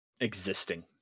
existing